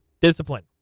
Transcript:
Discipline